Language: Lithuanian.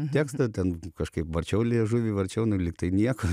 tekstą ten kažkaip varčiau liežuvį varčiau nu lygtai nieko